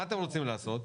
מה אתם רוצים לעשות?